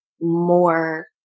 more